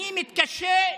זה מתאים